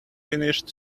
finished